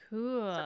Cool